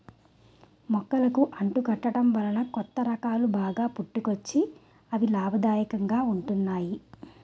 మొక్కలకు అంటు కట్టడం వలన కొత్త రకాలు బాగా పుట్టుకొచ్చి అవి లాభదాయకంగా ఉంటున్నాయి